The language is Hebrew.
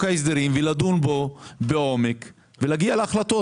ההסדרים ולדון בו לעומק ולהגיע להחלטות.